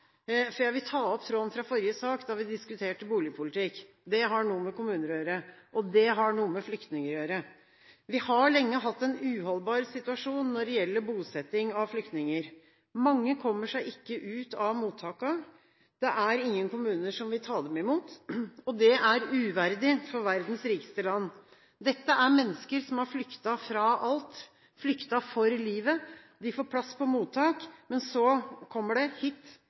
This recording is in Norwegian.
mye! Jeg vil ta opp tråden fra forrige sak da vi diskuterte boligpolitikk. Det har noe med kommuner å gjøre, og det har noe med flyktninger å gjøre. Vi har lenge hatt en uholdbar situasjon når det gjelder bosetting av flyktninger. Mange kommer seg ikke ut av mottakene. Det er ingen kommuner som vil ta imot dem. Det er uverdig for verdens rikeste land. Dette er mennesker som har flyktet fra alt – flyktet for livet. De får plass på mottak – de kommer dit, men